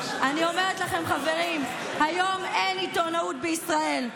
אני אומרת לכם, חברים, היום אין עיתונאות בישראל.